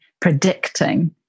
predicting